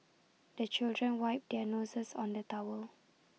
the children wipe their noses on the towel